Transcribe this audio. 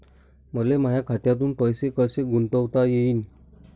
मले माया खात्यातून पैसे कसे गुंतवता येईन?